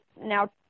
now